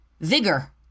vigor